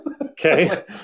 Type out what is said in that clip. Okay